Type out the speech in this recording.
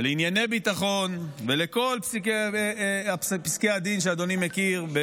לענייני ביטחון ולכל פסקי הדין שאדוני מכיר: